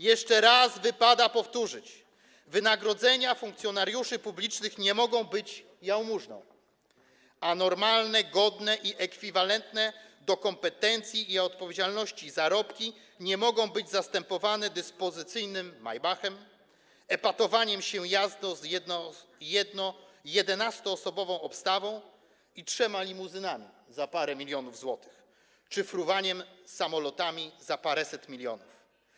Jeszcze raz wypada powtórzyć: wynagrodzenia funkcjonariuszy publicznych nie mogą być jałmużną, a normalne, godne i ekwiwalentne do kompetencji i odpowiedzialności zarobki nie mogą być zastępowane dyspozycyjnym maybachem, epatowaniem jazdą z 11-osobową obstawą i trzema limuzynami za parę milionów złotych czy fruwaniem samolotami za paręset milionów.